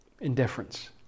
Indifference